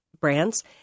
brands